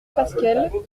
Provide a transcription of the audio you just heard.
fasquelle